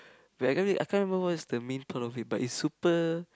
wait I can't really I can't even remember what's the main plot of it but it's super